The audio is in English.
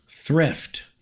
thrift